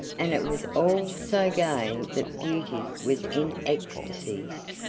and it was all so gay that beauty was in ecstacies.